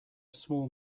small